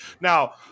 Now